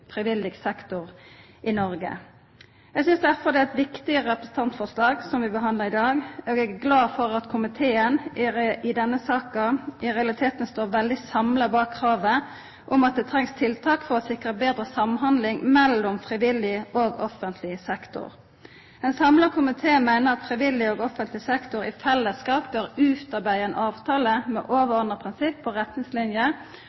sektor i Noreg. Eg synest derfor det er eit viktig representantforslag vi behandlar i dag, og eg er glad for at komiteen i denne saka i realiteten står veldig samla bak kravet om at det trengst tiltak for å sikra betre samhandling mellom frivillig og offentleg sektor. Ein samla komité meiner at frivillig og offentleg sektor i fellesskap bør utarbeida ein avtale med